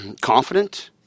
confident